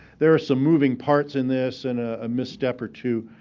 there are some moving parts in this, and a misstep or two,